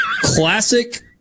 Classic